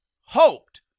hoped